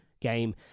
game